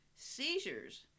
seizures